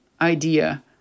idea